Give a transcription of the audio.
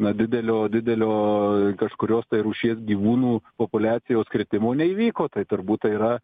na didelio didelio kažkurios tai rūšies gyvūnų populiacijos kritimo neįvyko tai turbūt tai yra